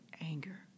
anger